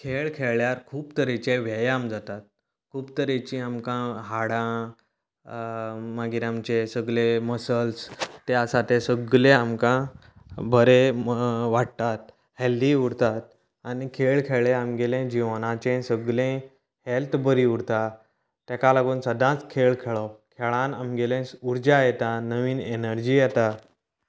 खेळ खेळ्ळ्यार खूब तरेचे व्यायाम जाता खूब तरेचीं आमकां हाडां मागीर आमचे सगले मसल्स ते आसा ते आमचे सगले आमकां बरे वाडटात हेल्दी उरतात आनी खेळ खेळ्ळ्यार आमगे जिवनाचें सगलें हेल्त बरी उरता ताका लागून सदांच खेळ खेळप खेळान आमगेली नवीन उर्जा येता नवीन एनर्जी येता